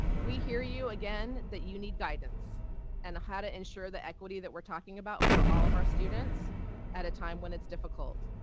we hear you again that you need guidance and how to ensure the equity that we're talking about for all of our students at a time when it's difficult.